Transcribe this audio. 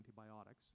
antibiotics